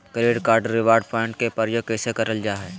Credit card reward point के प्रयोग कैसे करल जा है?